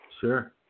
Sure